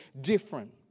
different